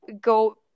go